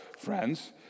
friends